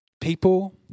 people